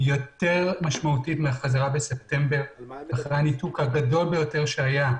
יותר משמעותית מהחזרה בספטמבר אחרי הניתוק הגדול ביותר שהיה.